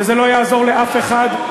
וזה לא יעזור לאף אחד.